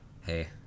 hey